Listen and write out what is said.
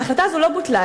ההחלטה הזאת לא בוטלה,